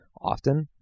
often